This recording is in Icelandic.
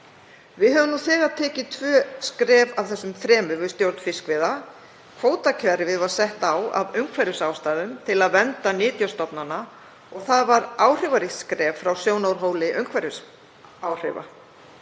Við höfum nú þegar tekið tvö skref af þessum þremur við stjórn fiskveiða. Kvótakerfið var sett á af umhverfisástæðum, til að vernda nytjastofnana, og það var áhrifaríkt skref frá sjónarhóli umhverfisáhrifa.